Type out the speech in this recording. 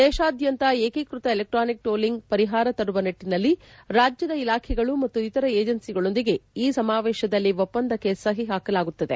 ದೇಶಾದ್ಲಂತ ಏಕೀಕೃತ electronic tolling ಪರಿಹಾರ ತರುವ ನಿಟ್ಟನಲ್ಲಿ ರಾಜ್ಲದ ಇಲಾಖೆಗಳು ಮತ್ತು ಇತರ ಏಜೇನ್ವಿಗಳೊಂದಿಗೆ ಈ ಸಮಾವೇಶದಲ್ಲಿ ಒಪ್ಪಂದಕ್ಕೆ ಸಹಿ ಹಾಕಲಾಗುತ್ತದೆ